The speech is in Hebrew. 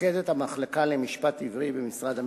מופקדת המחלקה למשפט עברי במשרד המשפטים.